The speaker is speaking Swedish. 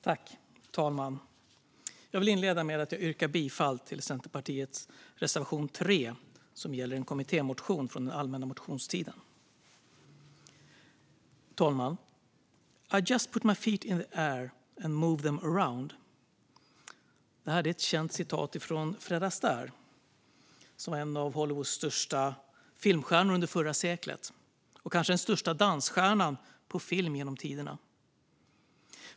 Fru talman! Jag vill inleda med att yrka bifall till reservation 3 från Centerpartiet, som gäller en kommittémotion från allmänna motionstiden. Fru talman! "I just put my feet in the air and move them around." Det är ett känt citat från Fred Astaire, som var en av Hollywoods största filmstjärnor under förra seklet och kanske den största dansstjärnan på film genom tiderna.